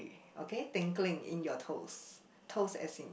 okay tingling in your toes toes as in